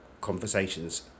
conversations